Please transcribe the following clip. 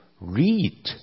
read